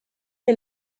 est